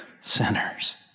sinners